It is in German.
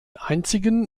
einzigen